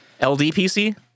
LDPC